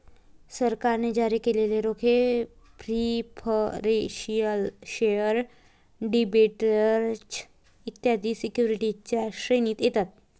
सरकारने जारी केलेले रोखे प्रिफरेंशियल शेअर डिबेंचर्स इत्यादी सिक्युरिटीजच्या श्रेणीत येतात